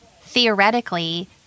theoretically